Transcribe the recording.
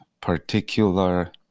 particular